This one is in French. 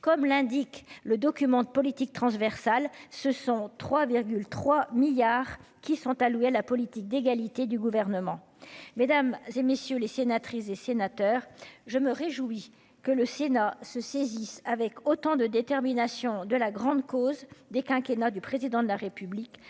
comme l'indique le document de politique transversale, ce sont 3 3 milliards qui sont alloués à la politique d'égalité du gouvernement, mesdames et messieurs les sénatrices et sénateurs, je me réjouis que le Sénat se saisissent avec autant de détermination de la grande cause des quinquennat du président de la République,